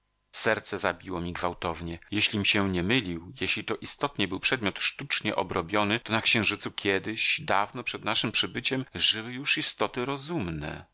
serce zabiło mi gwałtownie jeślim się nie mylił jeśli to istotnie był przedmiot sztucznie obrobiony to na księżycu kiedyś dawno przed naszym przybyciem żyły już istoty rozumne